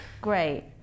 great